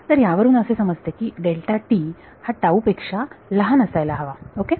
तर त्यावरून असे समजते की डेल्टा टि हा टाऊ पेक्षा लहान असायला हवा ओके